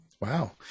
Wow